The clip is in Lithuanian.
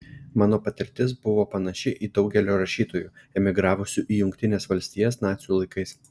mano patirtis buvo panaši į daugelio rašytojų emigravusių į jungtines valstijas nacių laikais